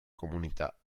comunità